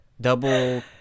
Double